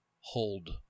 hold